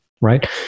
Right